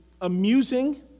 amusing